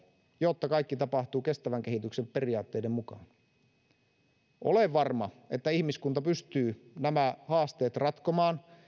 jotta kaikki tapahtuu kestävän kehityksen periaatteiden mukaan olen varma että ihmiskunta pystyy nämä haasteet ratkomaan